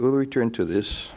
return to this